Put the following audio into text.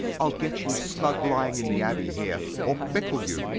i'll get you snug lying in the abbey here or pickle you,